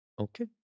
Okay